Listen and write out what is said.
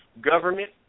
government